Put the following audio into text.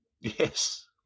Yes